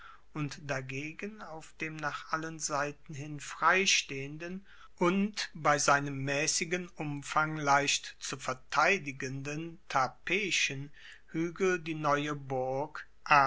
und dagegen auf dem nach allen seiten hin freistehenden und bei seinem maessigen umfang leicht zu verteidigenden tarpeischen huegel die neue burg